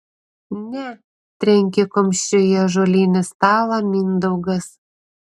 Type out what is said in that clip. ne trenkė kumščiu į ąžuolinį stalą mindaugas